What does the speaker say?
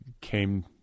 came